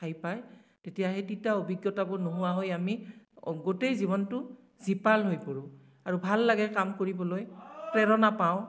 ঠাই পায় তেতিয়া সেই তিতা অভিজ্ঞতাবোৰ নোহোৱা হৈ আমি গোটেই জীৱনটো জীপাল হৈ পৰোঁ আৰু ভাল লাগে কাম কৰিবলৈ প্ৰেৰণা পাওঁ